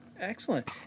Excellent